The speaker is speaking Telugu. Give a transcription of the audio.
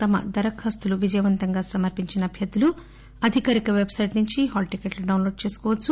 తమ దరఖాస్తులు విజయవంతంగా సమర్పించిన అభ్యర్థులు అధికారిక పెబ్ సైట్ నుంచి హాల్ టికెట్లు డౌన్ లోడ్ చేసుకోవచ్చు